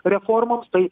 reformoms tai